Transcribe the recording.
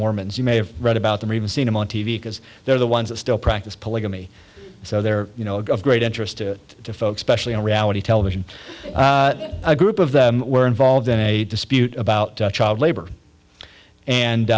mormons you may have read about them or even seen him on t v because they're the ones that still practice polygamy so there you know a lot of great interest to folks specially on reality television a group of them were involved in a dispute about child labor and